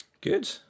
Good